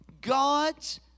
God's